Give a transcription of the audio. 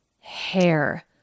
Hair